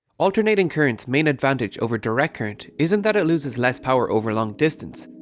alternating current's main advantage over direct current isn't that it loses less power over long distance,